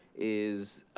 is